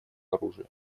оружии